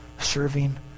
Serving